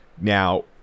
now